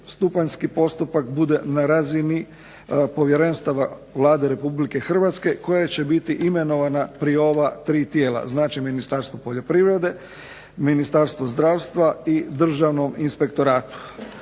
drugostupanjski postupak bude na razini povjerenstava Vlade RH koje će biti imenovana pri ova 3 tijela, znači Ministarstvo poljoprivrede, Ministarstvo zdravstva i Državnom inspektoratu.